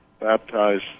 baptized